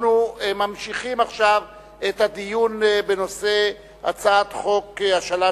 אנחנו ממשיכים עכשיו את הדיון בנושא הצעת חוק השאלת